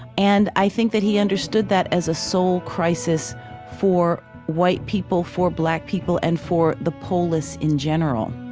and i think that he understood that as a soul crisis for white people, for black people, and for the polis in general